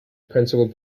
principal